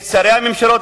את שרי הממשלות,